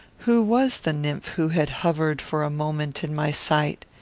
who was the nymph who had hovered for a moment in my sight?